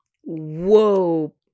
Whoa